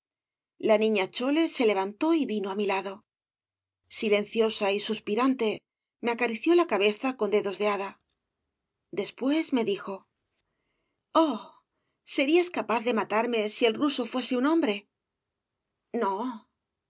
la niña chole se levantó y vino á mi lado silenciosa y suspirante me acarició la frente con dedos de hada después me dijo obras de valle inclan oh serías capaz de matarme si el ruso fuese un hombre no de